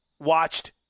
watched